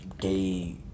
gay